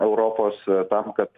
europos tam kad